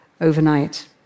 overnight